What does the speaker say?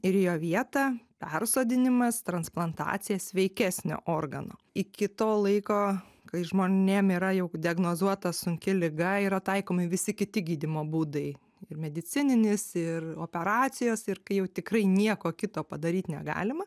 ir jo vietą persodinimas transplantacija sveikesnio organo iki to laiko kai žmonėm yra jau diagnozuota sunki liga yra taikomi visi kiti gydymo būdai ir medicininis ir operacijos ir kai jau tikrai nieko kito padaryt negalima